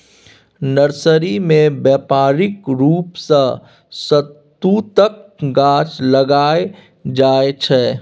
nursery मे बेपारिक रुप सँ शहतुतक गाछ लगाएल जाइ छै